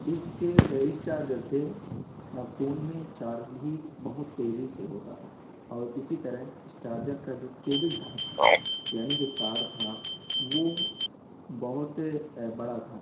اس کے اس چارجر سے فون میں چارج بھی بہت تیزی سے ہوتا تھا اور اسی طرح اس چارجر کا جو کیبل تھا یعنی جو تار تھا وہ بہت بڑا تھا